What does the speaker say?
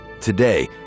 Today